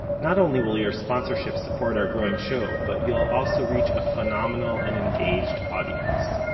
not only will your sponsorship support our growing show, but you will also reach a phenomenal and engaged audience.